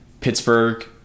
Pittsburgh